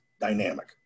dynamic